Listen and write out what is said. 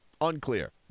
Unclear